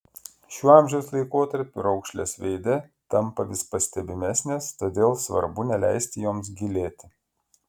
šiuo amžiaus laikotarpiu raukšlės veide tampa vis pastebimesnės todėl svarbu neleisti joms gilėti